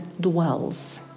dwells